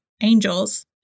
Angels